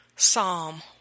Psalm